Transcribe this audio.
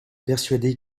persuadé